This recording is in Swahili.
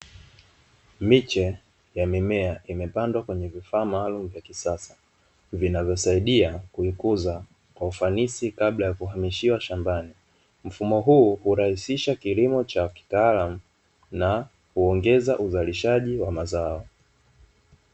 Miche ya mimea imepandwa katika vifaa maalumu vya kisasa, vinavyosaidia kukuza kwa ufanisi kabla ya kuamishiwa shambani, mfumo huu hurahisisha kilimo cha kitaalamu na kuongeza uzalishaji wa mazao.